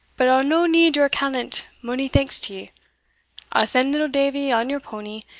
but i'll no need your callant, mony thanks to ye i'll send little davie on your powny,